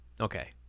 Okay